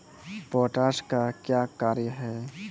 Potash का क्या कार्य हैं?